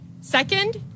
Second